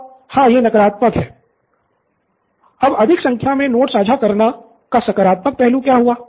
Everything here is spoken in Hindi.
प्रो बाला हाँ यह नकारात्मक है अब अधिक संख्या में नोट्स साझा करना का सकारात्मक पहलू क्या हुआ